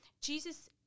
Jesus